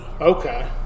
Okay